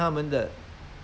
比上面的